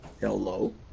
Hello